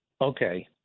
Okay